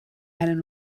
einen